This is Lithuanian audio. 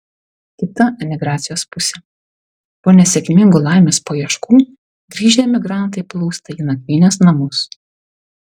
kita emigracijos pusė po nesėkmingų laimės paieškų grįžę emigrantai plūsta į nakvynės namus